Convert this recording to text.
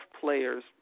players